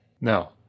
now